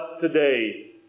today